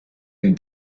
den